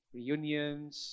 Reunions